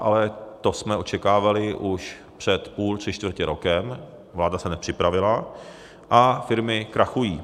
Ale to jsme očekávali už před půl, tři čtvrtě rokem vláda se nepřipravila a firmy krachují.